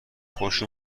خوش